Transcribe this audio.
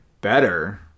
better